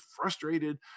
frustrated